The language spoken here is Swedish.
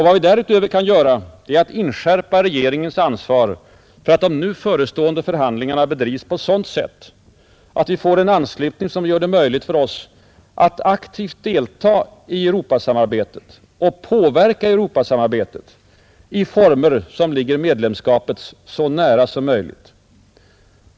Vad vi därutöver kan göra är att inskärpa regeringens ansvar för att de nu förestående förhandlingarna bedrivs på sådant sätt att vi får en anslutning som gör det möjligt för oss att effektivt delta i Europasamarbetet och påverka Europasamarbetet i former som ligger medlemskapets så nära som möjligt.